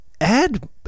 add